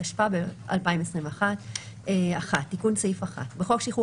התשפ"א 2021 תיקון סעיף 1 1.בחוק שחרור